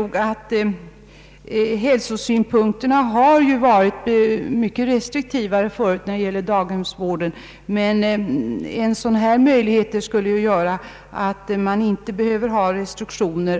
När det gäller hälsosynpunkterna har man tidigare varit mycket restriktivare inom daghemsvården, men en möjlighet till ett särskilt utrymme skulle göra att man inte behövde ha så många restriktioner.